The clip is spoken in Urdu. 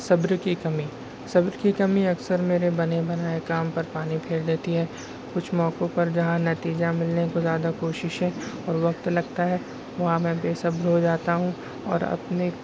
صبر کی کمی صبر کی کمی اکثر میرے بنے بنائے کام پر پانی پھیر دیتی ہے کچھ موقعوں پر جہاں نتیجہ ملنے کے زیادہ کوششیں اور وقت لگتا ہے وہاں میں بےصبر ہو جاتا ہوں اور اپنے